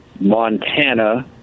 Montana